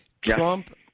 Trump